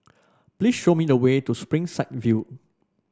please show me the way to Springside View